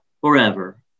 forever